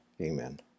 Amen